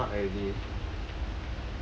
I I mark already